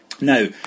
Now